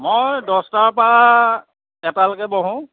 মই দহটাৰ পৰা এটালৈকে বহোঁ